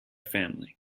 family